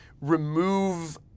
remove